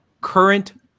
current